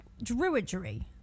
Druidry